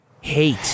Hate